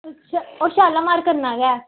ओह् शालामार कन्नै गै